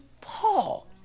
Paul